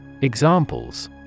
Examples